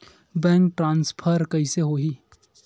Bank transfer कइसे होही?